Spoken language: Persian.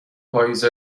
پائیز